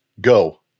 go